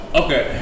okay